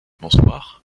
bonsoir